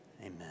amen